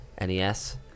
NES